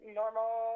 normal